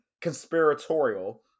conspiratorial